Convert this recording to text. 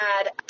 add